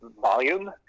volume